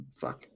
fuck